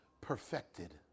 perfected